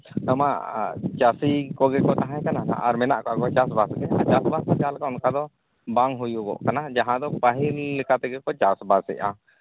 ᱚᱱᱟ ᱢᱟ ᱪᱟᱹᱥᱤ ᱠᱚᱜᱮ ᱠᱚ ᱛᱟᱦᱮᱸ ᱠᱟᱱᱟ ᱟᱨ ᱢᱮᱱᱟᱜ ᱟᱠᱟᱫ ᱠᱚᱜᱮᱭᱟ ᱪᱟᱥᱵᱟᱥ ᱜᱮ ᱪᱟᱥᱵᱟᱥ ᱡᱟᱦᱟᱸ ᱞᱮᱠᱟ ᱚᱱᱠᱟ ᱫᱚ ᱵᱟᱝ ᱦᱩᱭᱩᱜᱚᱜ ᱠᱟᱱᱟ ᱡᱟᱦᱟᱸ ᱫᱚ ᱯᱟᱹᱦᱤᱞ ᱞᱮᱠᱟ ᱛᱮᱜᱮ ᱠᱚ ᱪᱟᱥᱵᱟᱥ ᱮᱫᱼᱟ